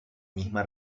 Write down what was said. misma